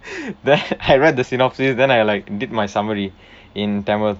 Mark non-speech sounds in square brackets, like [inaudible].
then [laughs] I read the synopsis then I like did my summary in tamil